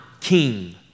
king